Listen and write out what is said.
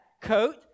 coat